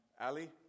Ali